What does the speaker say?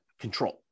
control